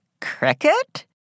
cricket